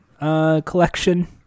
Collection